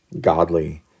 godly